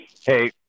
Hey